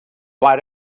why